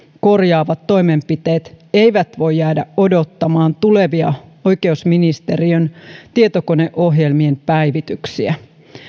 korjaavat toimenpiteet eivät voi jäädä odottamaan oikeusministeriön tietokoneohjelmien tulevia päivityksiä